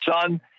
son